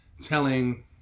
telling